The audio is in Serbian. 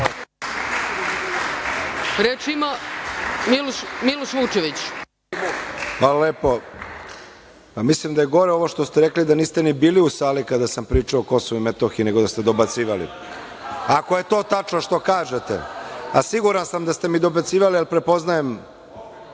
**Miloš Vučević** Hvala lepo. Mislim da je gore ovo što ste rekli da niste ni bili u sali kada sam pričao o Kosovu i Metohiji nego da ste dobacivali. Ako je to tačno što kažete, a siguran sam da ste mi dobacivali, jer prepoznajem,